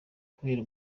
kubera